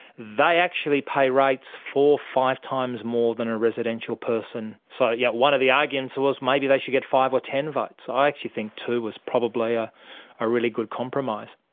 they actually pay rates four, five times more than a residential person. so yeah one of the arguments was maybe they should get five or ten votes. i actually think two was probably a ah really good compromise.